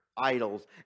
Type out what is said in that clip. idols